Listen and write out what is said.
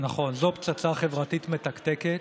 נכון, זו פצצה חברתית מתקתקת